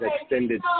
extended